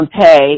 pay